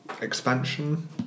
expansion